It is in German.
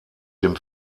dem